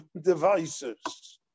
devices